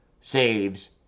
saves